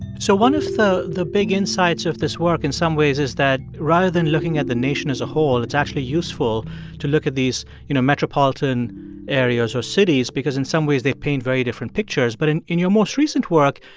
so one of the the big insights of this work in some ways is that rather than looking at the nation as a whole, it's actually useful to look at these, you know, metropolitan areas or cities because in some ways, they paint very different pictures. but in in your most recent work,